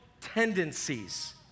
tendencies